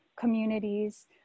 communities